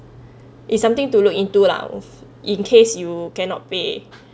it's something to look into lah of in case you cannot pay